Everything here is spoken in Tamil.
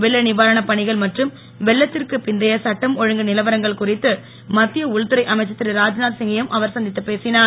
வெள்ள நிவாரணப் பணிகள் மற்றும் வெள்த்திற்கு பிந்திய சட்டம் ஒழுங்கு நிலவரங்கள் குறித்து மத்திய உள்துறை அமைச்சர் திரு ராஜ்நாத்சிங்கையும் அவர் சந்தித்துப் பேசினார்